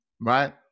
right